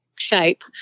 shape